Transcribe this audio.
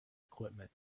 equipment